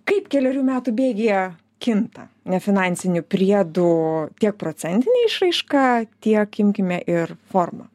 kaip kelerių metų bėgyje kinta nefinansinių priedų tiek procentinė išraiška tiek imkime ir formą